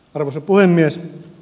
arvoisa puhemies